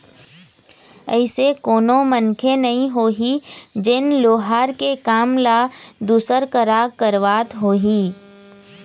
अइसे कोनो मनखे नइ होही जेन लोहार के काम ल दूसर करा करवात होही